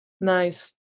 nice